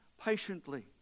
patiently